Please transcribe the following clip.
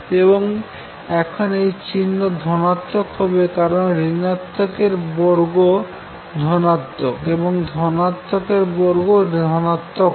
এবং এখন এই চিহ্ন ধনাত্মক হবে কারন ঋণাত্মক এর বর্গ ধনাত্মক এবং ধনাত্মক এর বর্গ ধনাত্মক হয়